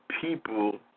people